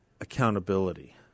accountability